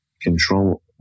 control